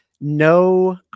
no